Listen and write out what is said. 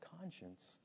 conscience